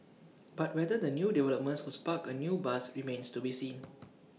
but whether the new developments was spark A new buzz remains to be seen